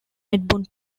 edmund